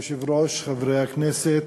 כבוד היושב-ראש, חברי הכנסת,